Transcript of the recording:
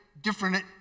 different